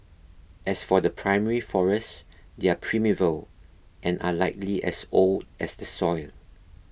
as for the primary forest they're primeval and are likely as old as the soil